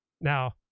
Now